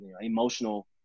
emotional